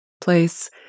place